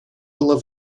была